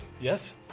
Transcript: Yes